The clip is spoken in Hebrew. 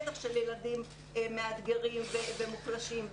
בטח של ילדים מאתגרים ומוחלשים,